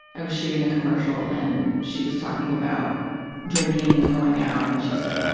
i was shooting a commercial, and she was talking about drinking and going out and she said, well,